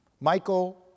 Michael